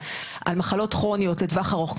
על מחלות כרוניות לטווח ארוך,